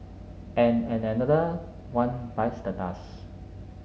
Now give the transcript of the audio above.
and another one bites the dust